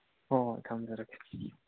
ꯍꯣꯍꯣꯏ ꯊꯝꯖꯔꯒꯦ